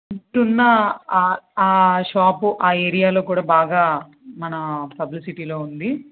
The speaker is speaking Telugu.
ఎంతున్నా ఆ షాపు ఆ ఏరియాలో కూడా బాగా మన పబ్లిసిటీలో ఉంది